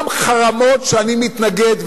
גם חרמות שאני מתנגד להם,